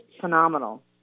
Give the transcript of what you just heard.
phenomenal